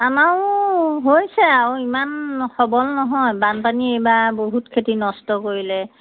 আমাৰো হৈছে আৰু ইমান সবল নহয় বানপানী এইবাৰ বহুত খেতি নষ্ট কৰিলে